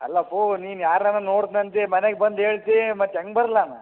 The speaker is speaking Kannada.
ಅಲ್ಲಪ್ಪ ನೀನು ಯಾರನ್ನನ ನೋಡ್ದ್ನಂತೆ ಮನೆಗೆ ಬಂದು ಹೇಳ್ತಿ ಮತ್ತೆ ಹೆಂಗ್ ಬರ್ಲಿ ನಾನು